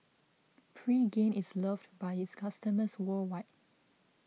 Pregain is loved by its customers worldwide